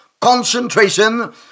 concentration